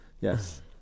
Yes